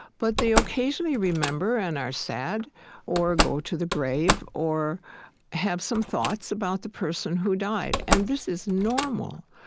but they occasionally remember and are sad or go to the grave or have some thoughts about the person who died. and this is normal.